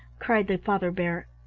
cried the father bear,